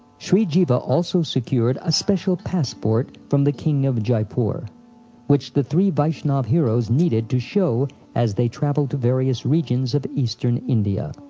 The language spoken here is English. shri jiva also secured a special passport from the king of jaipur, which the three vaishnava heroes needed to show as they travelled to various regions of eastern india.